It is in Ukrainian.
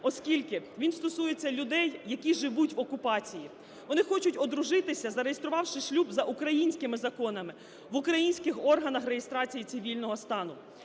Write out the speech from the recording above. оскільки він стосується людей, які живуть в окупації, вони хочуть одружитися, зареєструвавши шлюб за українськими законами, в українських органах реєстрації цивільного стану.